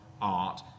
art